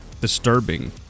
disturbing